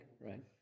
Right